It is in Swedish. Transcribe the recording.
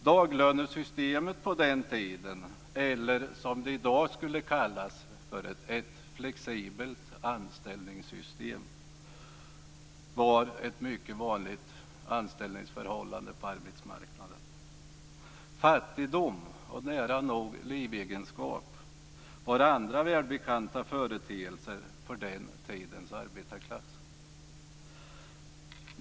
Daglönesystemet - eller som det i dag skulle kallas: ett flexibelt anställningssystem - var på den tiden ett mycket vanligt anställningsförhållande på arbetsmarknaden. Fattigdom och nära nog livegenskap var andra välbekanta företeelser för den tidens arbetarklass.